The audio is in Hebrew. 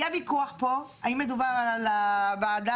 היה ויכוח פה על האם מדובר על וועדה.